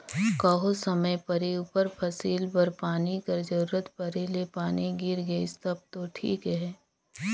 कहों समे परे उपर फसिल बर पानी कर जरूरत परे ले पानी गिर गइस तब दो ठीक अहे